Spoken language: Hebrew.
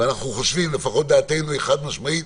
ולפחות דעתנו חד-משמעית,